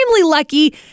lucky